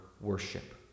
worship